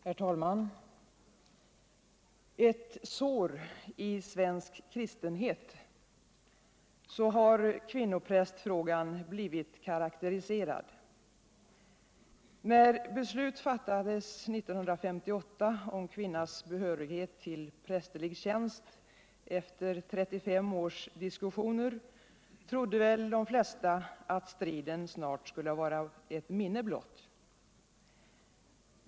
Herr talman! Ett sår i svensk kristenhet — så har kvinnoprästfrågan blivit karakteriserad. När efter 35 års diskussioner beslut fattades 1958 om kvinnas behörighet ull prästerlig tjänst trodde väl de flesta att striden snart skulle vara ett minne blott.